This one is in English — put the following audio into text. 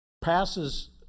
Passes